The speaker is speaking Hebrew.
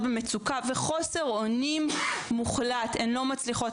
מצוקה וחוסר אונים מוחלט על שלא מצליחות